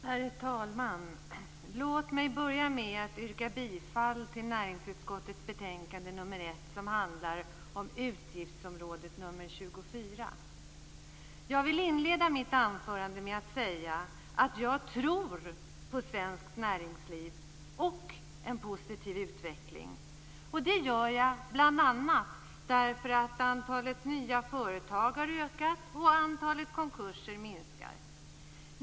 Herr talman! Låt mig börja med att yrka bifall till näringsutskottets betänkande nr 1 som handlar om utgiftsområde nr 24. Jag vill inleda mitt anförande med att säga att jag tror på svenskt näringsliv och en positiv utveckling. Det gör jag bl.a. därför att antalet nya företag har ökat och antalet konkurser minskar.